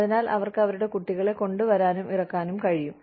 അതിനാൽ അവർക്ക് അവരുടെ കുട്ടികളെ കൊണ്ടുവരാനും ഇറക്കാനും കഴിയും